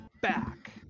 back